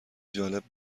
جالب